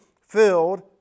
filled